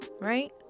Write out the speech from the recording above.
right